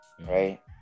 right